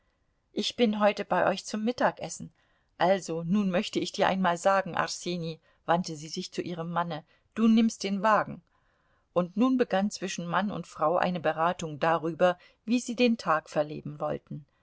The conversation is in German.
ich bin heute bei euch zum mittagessen also nun möchte ich dir einmal sagen arseni wandte sie sich zu ihrem manne du nimmst den wagen und nun begann zwischen mann und frau eine beratung darüber wie sie den tag verleben wollten